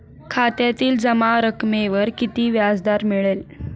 खात्यातील जमा रकमेवर किती व्याजदर मिळेल?